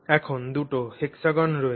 এখানে দুটি হেক্সাগন রয়েছে